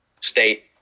state